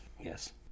Yes